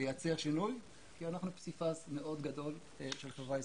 לייצר שינוי כי אנחנו פסיפס מאוד גדול של חברה ישראלית.